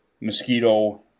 mosquito